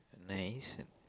nice